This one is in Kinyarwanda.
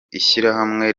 ishyirahamwe